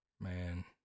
Man